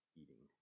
eating